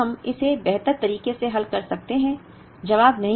अब क्या हम इसे बेहतर तरीके से हल कर सकते हैं